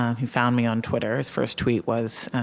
he found me on twitter. his first tweet was,